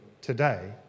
today